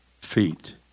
feet